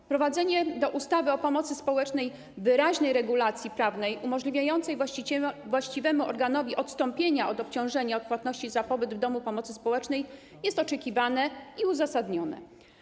Wprowadzenie do ustawy o pomocy społecznej wyraźnej regulacji prawnej umożliwiającej właściwemu organowi odstąpienie od obciążania odpłatnością za pobyt w domu pomocy społecznej jest oczekiwane i uzasadnione.